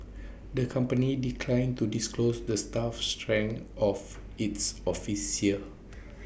the company declined to disclose the staff strength of its office here